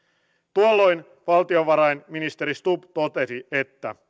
tuolloin valtiovarainministeri stubb totesi että